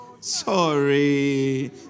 Sorry